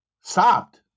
stopped